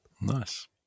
Nice